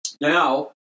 now